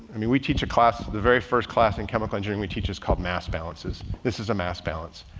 i mean we teach a class, the very first class in chemical engineering we teach is called mass balances. this is a mass balance,